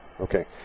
Okay